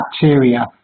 bacteria